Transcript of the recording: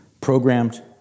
programmed